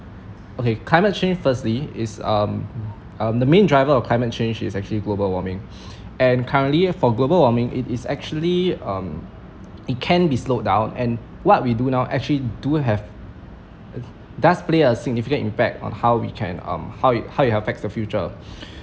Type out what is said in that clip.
okay climate change firstly is um um the main driver of climate change is actually global warming and currently for global warming it is actually um it can be slowed down and what we do now actually do have does play a significant impact on how we can um how it how it affects the future